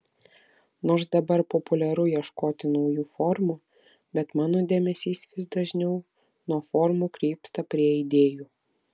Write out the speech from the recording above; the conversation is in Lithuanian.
nors dabar populiaru ieškoti naujų formų bet mano dėmesys vis dažniau nuo formų krypsta prie idėjų